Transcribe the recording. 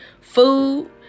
food